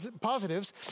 positives